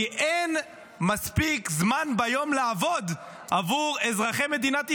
אין מספיק זמן ביום לעבוד עבור אזרחי מדינת ישראל.